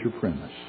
premise